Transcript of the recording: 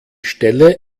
stelle